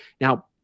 now